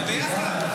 תשובה, זה ביחד.